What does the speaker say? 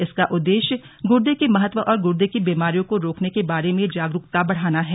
इसका उद्देश्य गुर्दे के महत्व और गुर्दे की बीमारियों को रोकने के बारे में जागरूकता बढ़ाना है